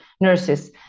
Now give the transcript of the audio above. nurses